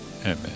amen